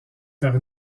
par